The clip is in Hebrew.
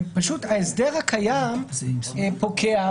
פשוט ההסדר הקיים פוקע,